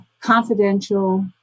confidential